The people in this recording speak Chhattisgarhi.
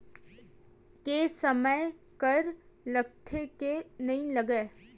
के समय कर लगथे के नइ लगय?